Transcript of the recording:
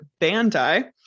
Bandai